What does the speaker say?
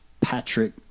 Patrick